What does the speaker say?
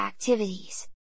activities